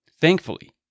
Thankfully